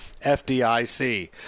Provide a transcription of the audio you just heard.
FDIC